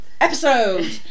episode